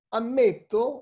ammetto